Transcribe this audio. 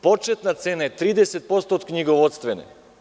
Početna cena je 30% od knjigovodstvene.